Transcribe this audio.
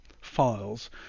files